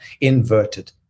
inverted